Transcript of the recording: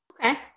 Okay